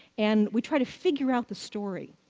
and we try to figure out the story.